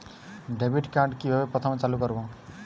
Debit card কিভাবে প্রথমে চালু করব?